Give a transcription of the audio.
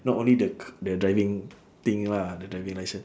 not only the c~ the driving thing lah the driving licence